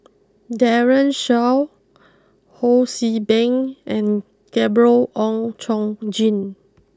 Daren Shiau Ho see Beng and Gabriel Oon Chong Jin